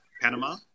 Panama